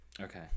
Okay